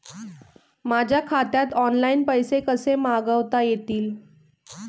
माझ्या खात्यात ऑनलाइन पैसे कसे मागवता येतील?